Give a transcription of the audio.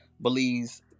believes